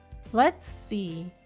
let's see.